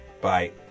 Bye